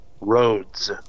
Roads